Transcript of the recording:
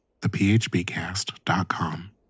thephbcast.com